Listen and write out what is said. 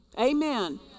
Amen